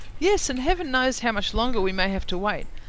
yes and heaven knows how much longer we may have to wait.